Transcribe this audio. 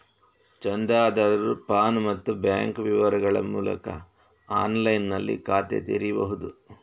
ಚಂದಾದಾರರು ಪಾನ್ ಮತ್ತೆ ಬ್ಯಾಂಕ್ ವಿವರಗಳ ಮೂಲಕ ಆನ್ಲೈನಿನಲ್ಲಿ ಖಾತೆ ತೆರೀಬಹುದು